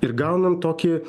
ir gaunam tokį